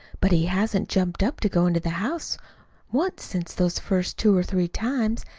but he hasn't jumped up to go into the house once since those first two or three times,